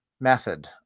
method